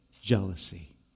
jealousy